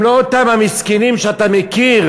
הם לא אותם המסכנים שאתה מכיר,